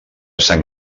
sang